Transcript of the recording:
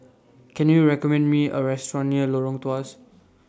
Can YOU recommend Me A Restaurant near Lorong Tawas